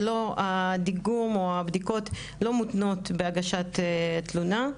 הדיגום או הבדיקות לא מותנות בהגשת תלונה.